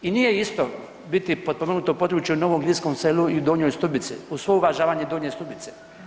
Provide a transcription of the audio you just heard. I nije isto biti potpomognuto područje u Novom Glinskom Selu i u Donjoj Stubici uz svo uvažavanje Donje Stubice.